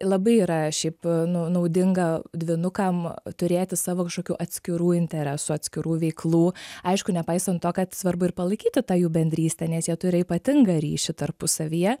labai yra šiaip nu naudinga dvynukam turėti savo kažkokių atskirų interesų atskirų veiklų aišku nepaisant to kad svarbu ir palaikyti tą jų bendrystę nes jie turi ypatingą ryšį tarpusavyje